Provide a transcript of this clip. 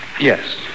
Yes